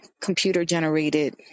computer-generated